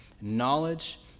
knowledge